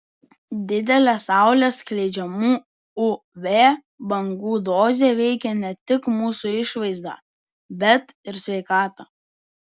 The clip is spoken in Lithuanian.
didelė saulės skleidžiamų uv bangų dozė veikia ne tik mūsų išvaizdą bet ir sveikatą